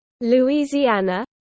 Louisiana